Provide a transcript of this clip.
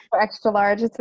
Extra-large